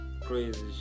crazy